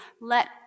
Let